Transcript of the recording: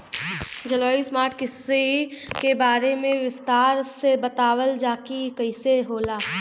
जलवायु स्मार्ट कृषि के बारे में विस्तार से बतावल जाकि कइसे होला?